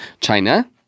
China